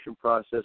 process